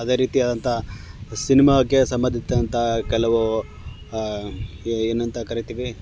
ಅದೆ ರೀತಿಯಾದಂಥ ಸಿನಿಮಾಕ್ಕೆ ಸಂಬಂಧಿತ ಕೆಲವು ಏನಂತ ಕರಿತೀವಿ